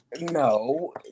No